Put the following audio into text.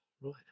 Right